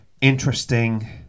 interesting